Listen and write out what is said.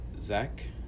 Zach